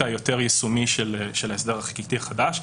היותר יישומי של ההסדר החקיקתי החדש,